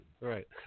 Right